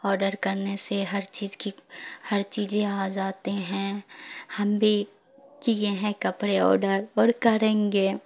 order کرنے سے ہر چیز کی ہر چیزیں آ جاتے ہیں ہم بھی کیے ہیں کپڑے آڈر اور کریں گے